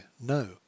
No